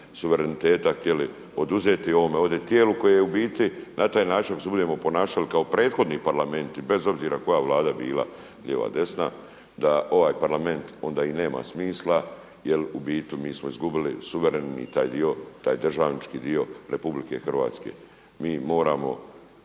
suvereniteta htjeli oduzeti ovome ovdje tijelu koje je u biti na taj način ako se budemo ponašali kao prethodni parlamenti bez obzira koja vlada bila, lijeva, desna, da ovaj Parlament onda i nema smisla jel u biti mi smo izgubili suverenu i taj dio taj državnički dio RH. Mi moramo